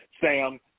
Sam